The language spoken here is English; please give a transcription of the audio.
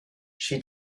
she